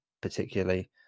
particularly